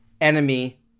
enemy